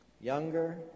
younger